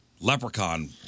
leprechaun